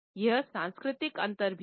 यहां सांस्कृतिक अंतर भी हैं